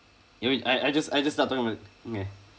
you mean I I just I just start talking about it okay